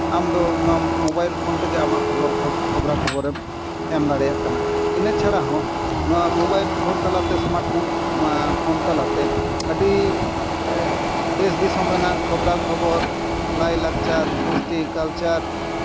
ᱟᱢ ᱫᱚ ᱚᱱᱟ ᱢᱳᱵᱟᱭᱤᱞ ᱯᱷᱳᱱ ᱛᱮᱜᱮ ᱟᱢᱟᱜ ᱠᱷᱚᱵᱽᱨᱟ ᱠᱷᱚᱵᱚᱨᱮᱢ ᱮᱢ ᱫᱟᱲᱮᱭᱟᱜ ᱠᱟᱱᱟ ᱤᱱᱟᱹ ᱪᱷᱟᱲᱟ ᱦᱚᱸ ᱱᱚᱣᱟ ᱢᱳᱵᱟᱭᱤᱞ ᱯᱷᱳᱱ ᱛᱟᱞᱟᱛᱮ ᱮᱥᱢᱟᱨᱴ ᱯᱷᱳᱱ ᱯᱷᱳᱱ ᱛᱟᱞᱟᱛᱮ ᱟᱹᱰᱤ ᱫᱮᱥ ᱫᱤᱥᱚᱢ ᱨᱮᱱᱟᱜ ᱠᱷᱚᱵᱽᱨᱟ ᱠᱷᱚᱵᱚᱨ ᱟᱭ ᱞᱟᱠᱪᱟᱨ ᱠᱨᱤᱥᱴᱤ ᱠᱟᱞᱪᱟᱨ